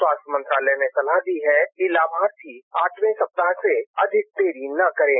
स्वास्थ्य मंत्रालय ने सलाह दी है कि लाभार्थी आठवें सप्ताह से अधिक देरी न करे